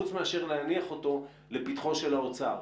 חוץ מאשר להניח אותו לפתחו של האוצר?